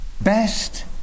Best